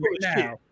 now